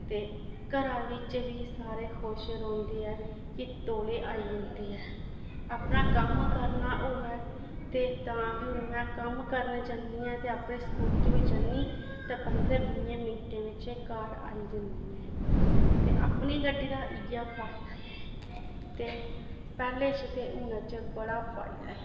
ते घरा बिच्च बी सारे खुश रौंह्दे ऐ कि तौले आई जंदी ऐ अपना कम्म करना होऐ ते तां बी हून में कम्म करन जन्नी ऐं ते अपनी स्कूटी पर जन्नी ते पंदरें बीहें मिन्टें बिच्च घर आई जन्नी ऐं ते अपनी गड्डी दा इ'यै फायदा ऐ ते पैह्ले च ते हूनै च बड़ा फायदा ऐ